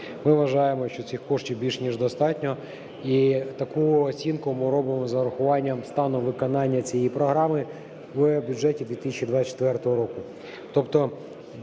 Ми вважаємо, що цих коштів більш ніж достатньо. І таку оцінку ми робимо з урахуванням стану виконання цієї програми в бюджеті 2024 року.